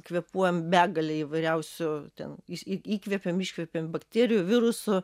kvėpuojam begale įvairiausių ten įs įkvepiam iškvepiam bakterijų virusų